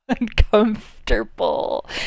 uncomfortable